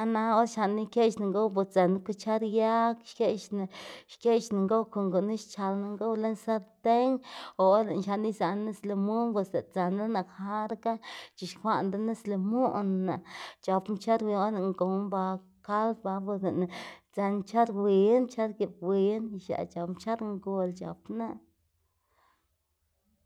ah na or xlaꞌnná ikeꞌxná ngow bos dzënná kwchar yag xkeꞌxná xkeꞌxná ngow kon gunu xc̲h̲alná ngow lën sarten o or lëꞌná xlandená nis limun bos lëꞌ dzënlaná jarga c̲h̲ixkwaꞌná denis limunná, c̲h̲apná kwchar or lëꞌná gow ba kald ba bos lëꞌná dzën kwchar win, kwchar giꞌb win y x̱aꞌ c̲h̲apná kwchar ngol c̲h̲apná.